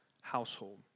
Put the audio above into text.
household